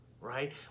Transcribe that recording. right